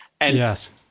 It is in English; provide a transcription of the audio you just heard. Yes